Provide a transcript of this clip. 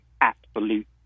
absolute